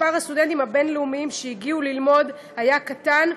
מספר הסטודנטים הבין-לאומיים שהגיעו ללמוד היה קטן,